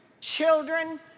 children